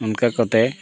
ᱚᱱᱠᱟ ᱠᱟᱛᱮᱫ